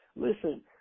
Listen